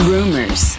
Rumors